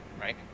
Right